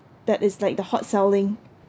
that is like the hot selling